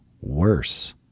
worse